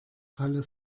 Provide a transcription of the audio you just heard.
falle